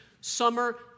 summer